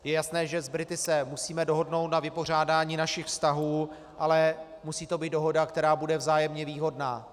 Je jasné, že s Brity se musíme dohodnout na vypořádání našich vztahů, ale musí to být dohoda, která bude vzájemně výhodná.